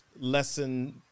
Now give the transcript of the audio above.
lesson